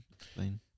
explain